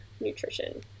nutrition